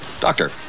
Doctor